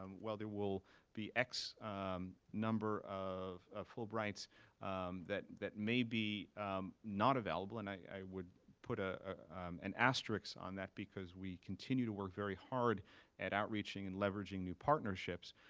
um well, there will be x number of fulbrights that that may be not available, and i would put ah an asterisk on that, because we continue to work very hard at outreaching and leveraging new partnerships.